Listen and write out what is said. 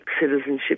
citizenship